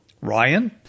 Ryan